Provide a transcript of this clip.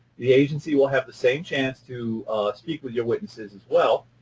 the agency will have the same chance to speak with your witnesses as well.